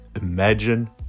imagine